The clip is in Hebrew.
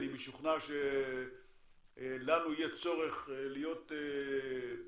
אני משוכנע שלנו יהיה צורך להיות מאוד